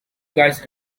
guys